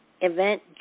event